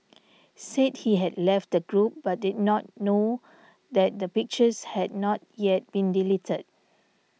said he had left the group but did not know that the pictures had not yet been deleted